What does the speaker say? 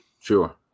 sure